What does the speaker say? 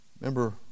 Remember